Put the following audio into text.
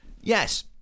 yes